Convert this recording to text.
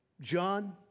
John